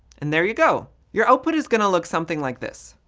and there you go. your output is going to look something like this.